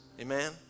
Amen